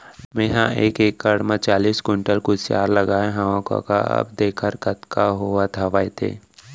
मेंहा एक एकड़ म चालीस कोंटल कुसियार लगाए हवव कका अब देखर कतका होवत हवय ते